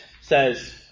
says